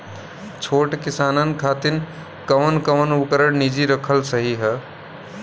छोट किसानन खातिन कवन कवन उपकरण निजी रखल सही ह?